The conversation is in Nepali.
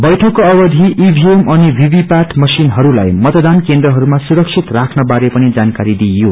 बैठकको अवधि ईभीएम अनि वीवी पैट मशिनहस्ताई मतदान केन्द्रहरूमा सुरक्षित राख्न वारे पनि जानकारी दिइयो